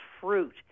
fruit